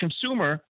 consumer